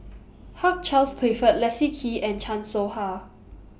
Hugh Charles Clifford Leslie Kee and Chan Soh Ha